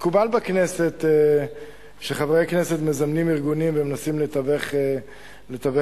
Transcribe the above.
מקובל בכנסת שחברי כנסת מזמנים ארגונים ומנסים לתווך ביניהם.